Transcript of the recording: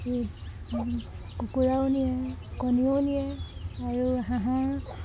এই কুকুৰাও নিয়ে কণীও নিয়ে আৰু হাঁহৰ